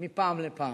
מפעם לפעם.